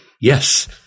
Yes